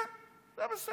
כן, זה בסדר.